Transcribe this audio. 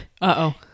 uh-oh